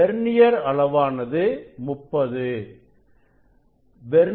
vernier அளவானது30